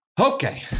okay